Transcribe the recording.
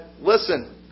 listen